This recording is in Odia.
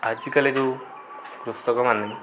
ଆଜିକାଲି ଯେଉଁ କୃଷକମାନେ